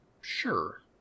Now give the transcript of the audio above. sure